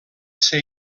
ser